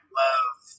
love